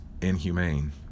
inhumane